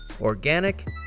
organic